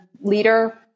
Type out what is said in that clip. leader